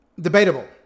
debatable